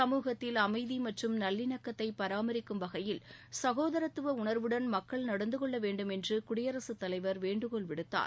சமூகத்தில் அமைதி மற்றும் நல்லினக்கத்தை பராமரிக்கும் வகையில் ச்சோதரத்துவ உணர்வுடன் மக்கள் நடந்து கொள்ள வேண்டும் என்று குடியரசு தலைவர் வேண்டுகோள் விடுத்தார்